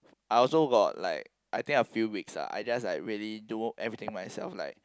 I also got like I think a few weeks ah I just like really do everything myself like